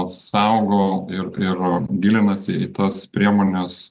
saugo ir ir gilinasi į tas priemones